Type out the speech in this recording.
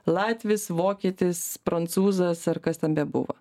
latvis vokietis prancūzas ar kas ten bebuvo